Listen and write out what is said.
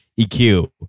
EQ